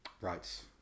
Right